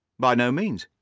by no means.